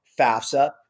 FAFSA